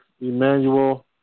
Emmanuel